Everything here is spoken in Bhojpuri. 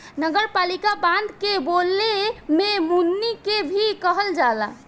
नगरपालिका बांड के बोले में मुनि के भी कहल जाला